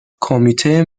کمیته